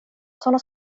såna